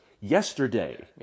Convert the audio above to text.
yesterday